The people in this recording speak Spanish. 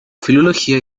filología